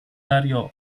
dario